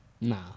Nah